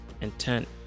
intent